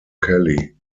kelly